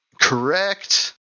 correct